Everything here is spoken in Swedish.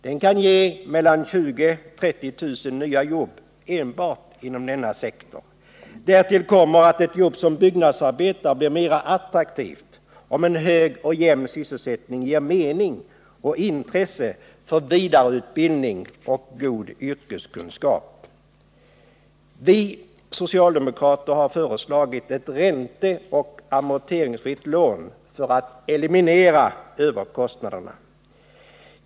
Det kan ge 20 000-30 000 nya jobb enbart inom denna sektor. Därtill kommer att ett jobb som byggnadsarbetare blir mera attraktivt om det finns en hög och jämn sysselsättning. Det ger mening åt och intresse för vidareutbildning och god yrkeskunskap. Vi socialdemokrater har föreslagit ett ränteoch amorteringsfritt lån för att eliminera överkostnaderna.